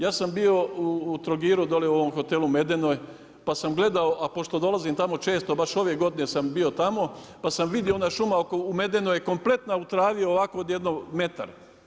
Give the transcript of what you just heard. Ja sam bio u Trogiru dole u ovom hotelu Medenoj pa sam gledao a pošto dolazim tamo često baš ove godine sam bio tamo pa sam vidio ona šuma u „Medenoj“ kompletno u travi od ovako jedno od metar.